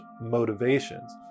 motivations